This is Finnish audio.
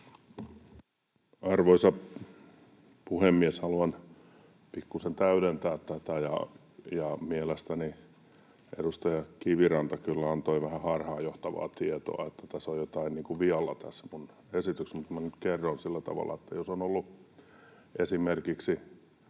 Arvoisa puhemies! Haluan pikkusen täydentää tätä, ja mielestäni edustaja Kiviranta kyllä antoi vähän harhaanjohtavaa tietoa, että on jotain niin kuin vialla tässä minun esityksessäni. Minä nyt kerron sillä tavalla, että jos on ollut esimerkiksi